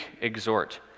exhort